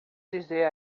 dizer